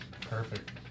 Perfect